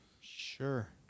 Sure